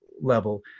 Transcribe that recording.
level